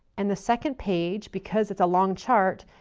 and the second page, because it's a long chart,